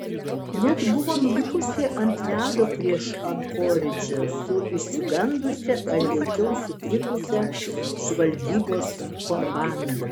net buvo nulipusi ant ledo prieš ankoridžą su išsigandusia ar veikiau sutrikusia žvalgybos komanda